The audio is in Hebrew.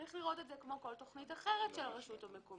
צריך לראות אותה כמו כל תכנית אחרת של הרשות המקומית.